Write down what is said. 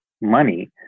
money